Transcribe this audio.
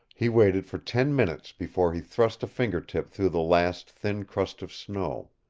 he waited for ten minutes before he thrust a finger-tip through the last thin crust of snow.